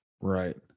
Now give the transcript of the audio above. Right